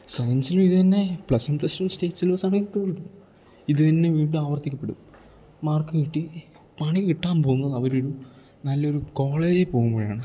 സയൻസിലിതു തന്നേ plus one plus two state സിലബസ്സാണേ തീർന്ന് ഇത് തന്നെ വീണ്ടും ആവർത്തിക്കപ്പെടും മാർക്ക് കിട്ടി പണി കിട്ടാൻ പോകുന്നത് അവരൊരു നല്ലൊരു കോളേജിൽ പോകുമ്പോഴാണ്